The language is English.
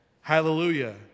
Hallelujah